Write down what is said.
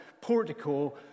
portico